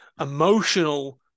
emotional